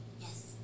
Yes